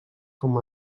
com